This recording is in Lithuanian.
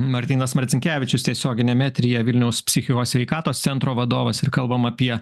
martynas marcinkevičius tiesioginiam eteryje vilniaus psichikos sveikatos centro vadovas ir kalbam apie